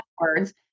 words